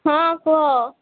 ହଁ କୁହ